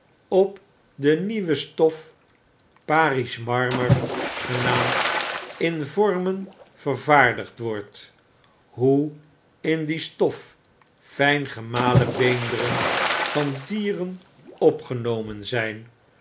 op de nieuwestof parisch marmer genaamd in vormen vervaardigd wordt hoe in die stof fijngemalen beenderen van dieren opgenomen zp